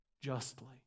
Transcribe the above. justly